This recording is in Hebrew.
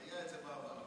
זה היה בעבר.